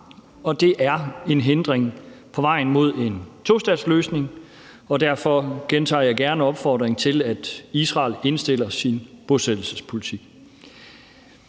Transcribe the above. at det er en hindring på vejen mod en tostatsløsning. Derfor gentager jeg gerne opfordringen til, at Israel indstiller sin bosættelsespolitik.